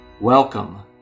Welcome